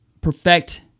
perfect